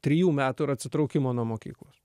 trijų metų ir atsitraukimo nuo mokyklos